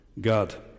God